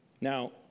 Now